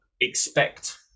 expect